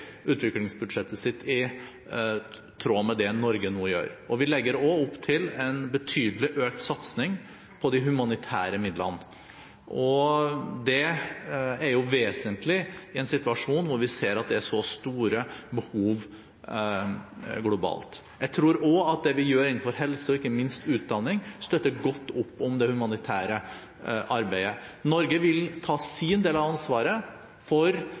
utviklingsbudsjettet sitt i tråd med det Norge nå gjør. Vi legger også opp til en betydelig økt satsing på de humanitære midlene. Det er vesentlig i en situasjon der vi ser at det er så store behov globalt. Jeg tror også at det vi gjør innenfor helse og ikke minst utdanning, støtter godt opp om det humanitære arbeidet. Norge vil ta sin del av ansvaret for